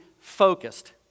focused